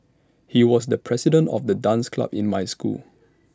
he was the president of the dance club in my school